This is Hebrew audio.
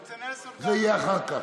כצנלסון, זה יהיה אחר כך.